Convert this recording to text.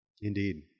indeed